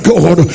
God